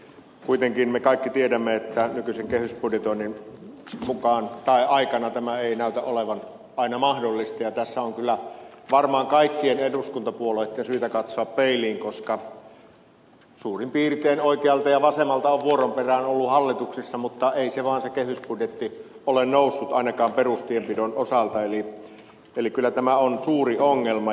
kuitenkin me kaikki tiedämme että nykyisen kehysbudjetoinnin aikana tämä ei näytä olevan aina mahdollista ja tässä on kyllä varmaan kaikkien eduskuntapuolueitten syytä katsoa peiliin koska suurin piirtein oikealta ja vasemmalta on vuoron perään oltu hallituksissa mutta ei se vaan se kehysbudjetti ole noussut ainakaan perustienpidon osalta eli kyllä tämä on suuri ongelma